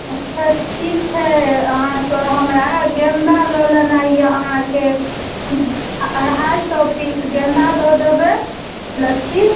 अच्छा ठीक छै अहाँके हमरा गेन्दा लऽ लेनाइ अइ अहाँके अढ़ाइ सओ पीस गेन्दा दऽ देबै लच्छी